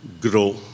grow